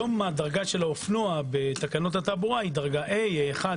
היום הדרגה של האופנוע בתקנות התעבורה היא A1,